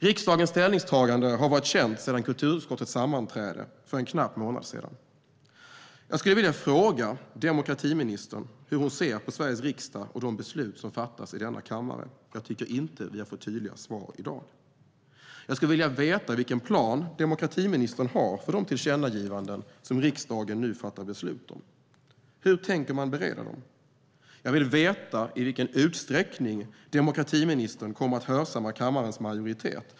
Riksdagens ställningstagande har varit känt sedan kulturutskottets sammanträde för knappt en månad sedan. Jag skulle vilja fråga demokratiministern hur hon ser på Sveriges riksdag och de beslut som fattas i denna kammare. Jag tycker inte att vi har fått tydliga svar i dag. Jag skulle vilja veta vilken plan demokratiministern har för de tillkännagivanden som riksdagen nu fattar beslut om. Hur tänker man bereda dem? Jag vill veta i vilken utsträckning demokratiministern kommer att hörsamma kammarens majoritet.